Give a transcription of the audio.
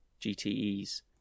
GTEs